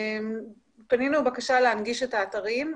פנינו בבקשה להנגיש את האתרים.